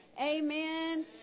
amen